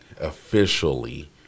officially